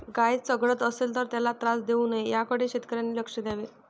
गाय चघळत असेल तर त्याला त्रास देऊ नये याकडे शेतकऱ्यांनी लक्ष द्यावे